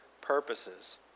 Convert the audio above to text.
purposes